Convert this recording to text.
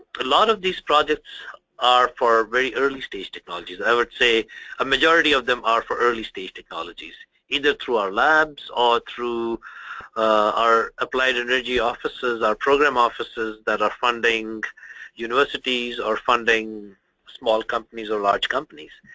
a lot of these projects are for very early stage technologies. i would say a majority of them are for early stage technologies either through our labs or through our applied energy offices, our program offices that are funding universities or funding small or large companies.